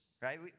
Right